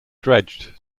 dredged